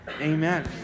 Amen